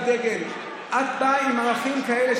לא רק נתניהו, גם בן-גוריון כשהיה צריך,